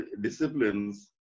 disciplines